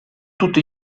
tutti